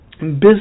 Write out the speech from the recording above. business